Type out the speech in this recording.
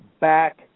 back